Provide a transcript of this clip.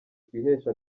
twiheshe